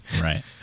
Right